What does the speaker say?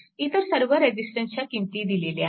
इतर सर्व रेजिस्टन्सच्या किंमती दिलेल्या आहेत